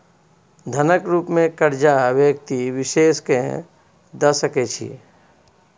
धनक रुप मे करजा व्यक्ति विशेष केँ द सकै छी